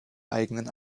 eigenen